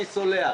אני סולח.